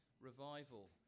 revival